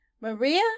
Maria